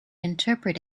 interpret